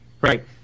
Right